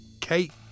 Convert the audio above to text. Kate